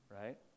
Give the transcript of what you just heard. right